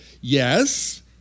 yes